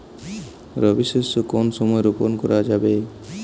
রবি শস্য কোন সময় রোপন করা যাবে?